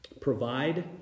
provide